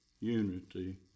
unity